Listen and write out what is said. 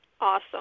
Awesome